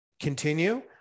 continue